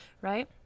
Right